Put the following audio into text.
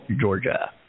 Georgia